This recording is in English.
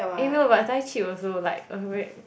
eh no but Thai cheap also like